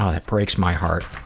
ah that breaks my heart.